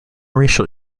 racial